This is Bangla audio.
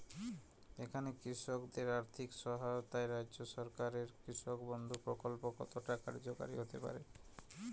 এখানে কৃষকদের আর্থিক সহায়তায় রাজ্য সরকারের কৃষক বন্ধু প্রক্ল্প কতটা কার্যকরী হতে পারে?